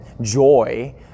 joy